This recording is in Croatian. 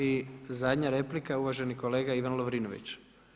I zadnja replika, uvaženi kolega Ivan Lovrinović.